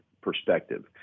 perspective